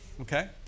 okay